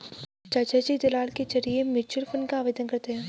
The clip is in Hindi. चाचाजी दलाल के जरिए म्यूचुअल फंड का आवेदन करते हैं